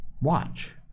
Watch